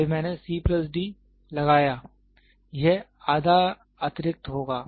फिर मैंने c plus d लगाया यह आधा अतिरिक्त होगा